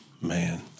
Man